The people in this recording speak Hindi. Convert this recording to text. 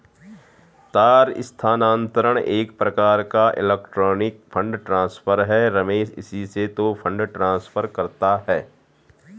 तार स्थानांतरण एक प्रकार का इलेक्ट्रोनिक फण्ड ट्रांसफर है रमेश इसी से तो फंड ट्रांसफर करता है